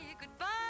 goodbye